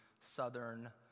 Southern